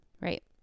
Right